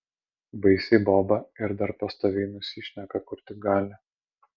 baisi boba ir dar pastoviai nusišneka kur tik gali